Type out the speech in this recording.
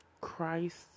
Christ